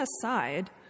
aside